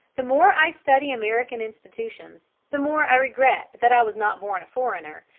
the more i study american institutions the more i regret that i was not born a foreigner,